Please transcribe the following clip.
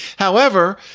however,